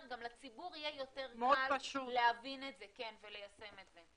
גם לציבור יהיה יותר קל להבין את זה וליישם את זה.